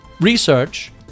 research